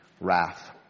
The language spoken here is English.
wrath